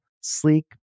sleek